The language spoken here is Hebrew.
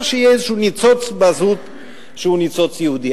שיהיה איזה ניצוץ בזהות שהוא ניצוץ יהודי.